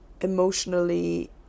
emotionally